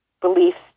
beliefs